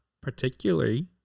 particularly